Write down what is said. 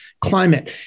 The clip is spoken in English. climate